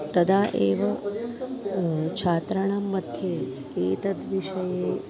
तदा एव छात्राणां मध्ये एतद्विषये